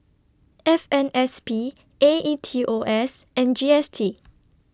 F M S P A E T O S and G S T